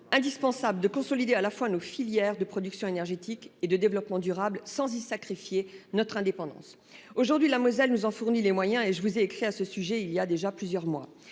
indispensable de consolider à la fois nos filières de production énergétique et de développement durable sans y sacrifier notre indépendance aujourd'hui la Moselle nous en fournit les moyens et je vous ai écrit à ce sujet il y a déjà plusieurs mois.